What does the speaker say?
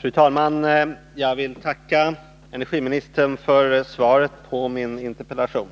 Fru talman! Jag vill tacka energiministern för svaret på min interpellation.